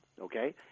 okay